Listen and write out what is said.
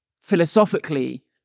philosophically